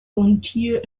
volunteer